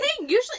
usually